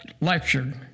lectured